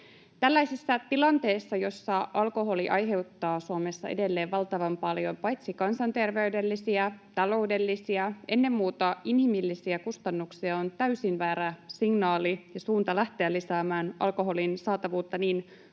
Tällaisessa tilanteessa, jossa alkoholi aiheuttaa Suomessa edelleen valtavan paljon kansanterveydellisiä, taloudellisia ja ennen muuta inhimillisiä kustannuksia, on täysin väärä signaali ja suunta lähteä lisäämään alkoholin saatavuutta niin